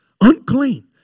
Unclean